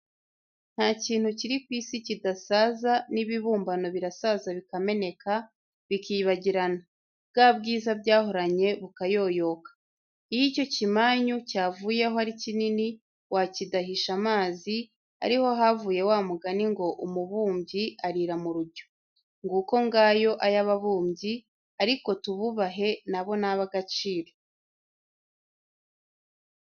Nta kintu kiri ku isi kidasaza, n' ibibumbano birasaza bikameneka, bikibagirana, bwa bwiza byahoranye bukayoyoka. Iyo icyo kimanyu cyavuyeho ari kinini wakidahisha amazi, ariho havuye wa mugani ngo " Umubumbyi arira mu rujyo." Nguko ngayo ay'ababumbyi, ariko tububahe na bo ni ab'agaciro.